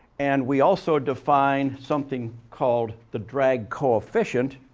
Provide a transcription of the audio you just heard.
and we also define something called the drag coefficient,